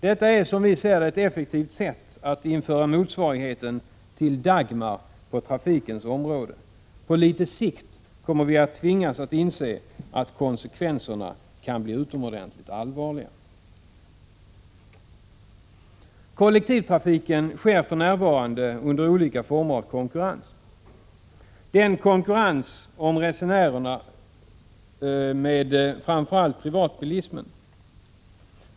Detta är som vi ser det ett effektivt sätt att införa motsvarigheten till Dagmar på trafikens område. På litet sikt kommer vi att tvingas inse att konsekvenserna kan bli utomordentligt allvarliga. Kollektivtrafiken sker för närvarande under olika former av konkurrens. Den konkurrerar om resenärerna med framför allt privatbilismen.